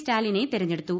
സ്റ്റാലിനെ തെരഞ്ഞെടുത്തു